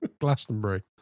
Glastonbury